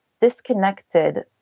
disconnected